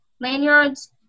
lanyards